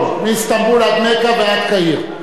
מאיסטנבול עד מכה ועד קהיר.